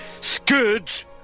Scourge